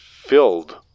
filled